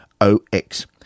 OX